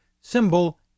symbol